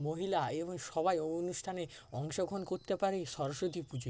মহিলা এবং সবাই অনুষ্ঠানে অংশগ্রহণ করতে পারে এই সরস্বতী পুজোয়